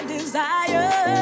desire